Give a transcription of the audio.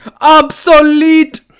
obsolete